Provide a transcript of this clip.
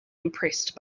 impressed